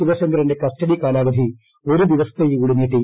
ശിവശങ്കറിന്റെ custody കാലാവധി ഒരു ദിവസത്തേക്ക് കൂടി നീട്ടി